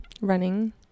Running